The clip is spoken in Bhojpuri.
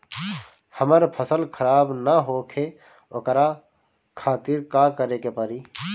हमर फसल खराब न होखे ओकरा खातिर का करे के परी?